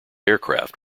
aircraft